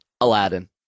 aladdin